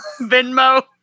venmo